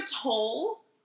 toll